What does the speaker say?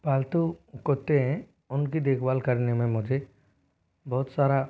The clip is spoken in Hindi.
पालतू कुत्ते हैं उनकी देखभाल करने में मुझे बहुत सारा